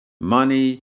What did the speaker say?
money